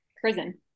prison